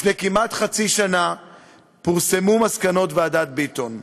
לפני כמעט חצי שנה פורסמו מסקנות ועדת ביטון.